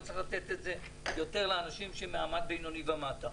שצריך לתת את זה יותר לאנשים שהם במעמד בינוני ומטה,